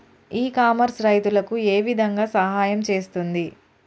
ఇ commerce రైతులకు ఏ విధంగా సహాయం చేస్తుంది?